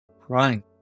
Crying